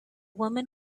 woman